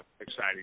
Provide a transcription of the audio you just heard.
exciting